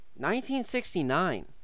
1969